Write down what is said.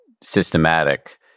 systematic